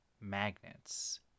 magnets